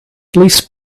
please